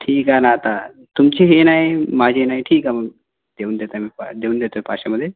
ठीक आहे ना आता तुमची हे नाही माझी हे नाही ठीक आहे मग देऊन देतान देऊन देतो पाचशेमधे